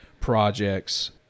projects